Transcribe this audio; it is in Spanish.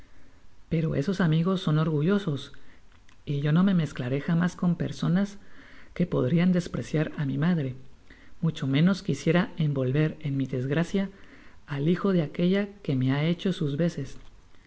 pero esos amigos son orgullosos y yo no me mezclaré jamás con personas que podrian despreciar á mi madre mucho menos quisiera envolver en mi desgracia al hijo do aquella que me ha hecho sus veces